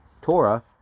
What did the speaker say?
Torah